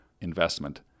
investment